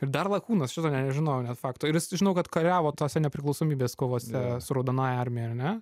ir dar lakūnas šito nežinojau net fakto ir jis žinau kad kariavo tose nepriklausomybės kovose su raudonąja armija ar ne